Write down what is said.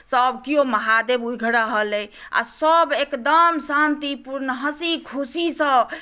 सभकेयो महादेव उघि रहल अइ आ सभ एकदम शान्तिपूर्ण हँसी खुशीसँ